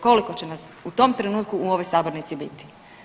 Koliko će nas u tom trenutku u ovoj sabornici biti?